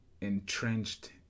entrenched